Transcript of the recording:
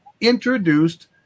introduced